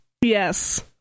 yes